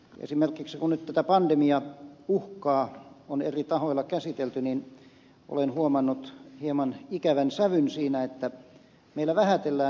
esimerkiksi kun nyt tätä pandemian uhkaa on eri tahoilla käsitelty niin olen huomannut hieman ikävän sävyn siinä että meillä vähätellään ihmisarvoa